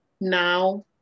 now